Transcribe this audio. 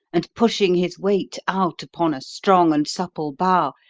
and, pushing his weight out upon a strong and supple bough,